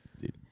Dude